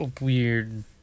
weird